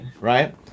Right